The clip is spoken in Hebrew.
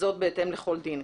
וזאת בהתאם לכל דין".